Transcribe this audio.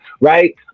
right